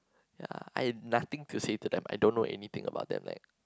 ya I have nothing to say to them I don't know anything about them like